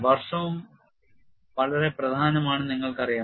വർഷവും വളരെ പ്രധാനമാണെന്ന് നിങ്ങൾക്കറിയാം